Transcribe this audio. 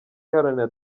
iharanira